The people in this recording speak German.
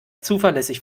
zuverlässig